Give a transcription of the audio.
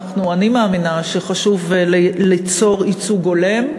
אני מאמינה שחשוב ליצור ייצוג הולם.